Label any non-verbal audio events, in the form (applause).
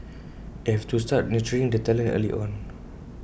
(noise) and you have to start nurturing the talent early on